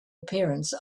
appearance